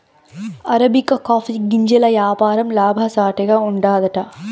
arabica coffee గింజల యాపారం లాభసాటిగా ఉండాదట